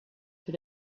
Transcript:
for